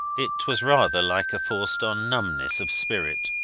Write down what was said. it was rather like a forced-on numbness of spirit.